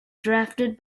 drafted